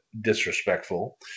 disrespectful